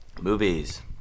Movies